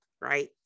Right